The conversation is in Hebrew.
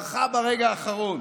ברחה ברגע האחרון,